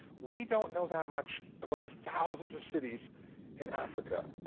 we don't know that much about the thousands of cities in africa,